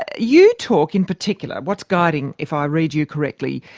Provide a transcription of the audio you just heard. ah you talk in particular, what's guiding, if i read you correctly,